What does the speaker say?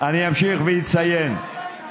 תעשו שמית.